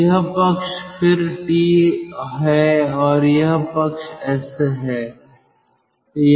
तो यह पक्ष फिर T है और यह पक्ष s है